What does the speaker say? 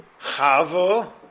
Chavo